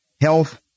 Health